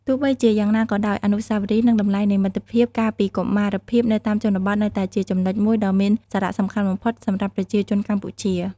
ទោះបីជាយ៉ាងណាក៏ដោយ អនុស្សាវរីយ៍និងតម្លៃនៃមិត្តភាពកាលពីកុមារភាពនៅតាមជនបទនៅតែជាចំណុចមួយដ៏មានសារៈសំខាន់បំផុតសម្រាប់ប្រជាជនកម្ពុជា។